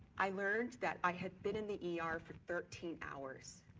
i learned that i had been in the e r. for thirteen hours.